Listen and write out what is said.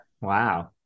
Wow